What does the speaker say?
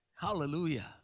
Hallelujah